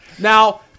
Now